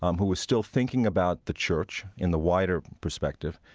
um who was still thinking about the church in the wider perspective,